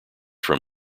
from